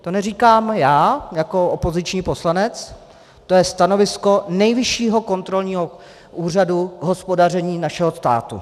To neříkám já jako opoziční poslanec, to je stanovisko Nejvyššího kontrolního úřadu k hospodaření našeho státu.